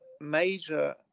major